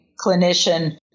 clinician